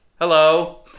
Hello